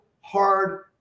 hard